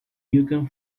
yukon